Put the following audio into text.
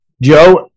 Joe